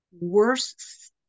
worse